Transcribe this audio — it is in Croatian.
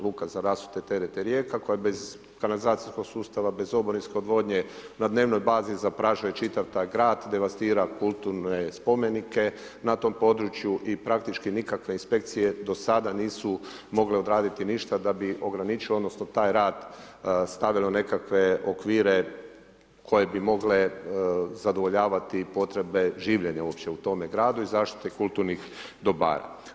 Luka za … terete Rijeka, koja bez kanalizacijskog sustava, bez oborinske odvodnje, na dnevnoj bazi, zaprašuje čitav taj grad, devastira kulturne spomenike na tom području i praktički nikakve inspekcije nisu mogle odraditi ništa, da bi ograničili. odnosno, taj rad, stavilo u nekakve okvire, koje bi mogle zadovoljavati potrebe življenja uopće u tome gradu i zaštite kulturnih dobara.